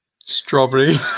Strawberry